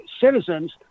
citizens